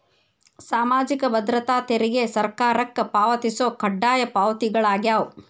ಸಾಮಾಜಿಕ ಭದ್ರತಾ ತೆರಿಗೆ ಸರ್ಕಾರಕ್ಕ ಪಾವತಿಸೊ ಕಡ್ಡಾಯ ಪಾವತಿಗಳಾಗ್ಯಾವ